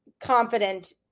confident